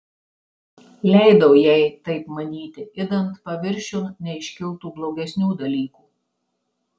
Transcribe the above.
leidau jai taip manyti idant paviršiun neiškiltų blogesnių dalykų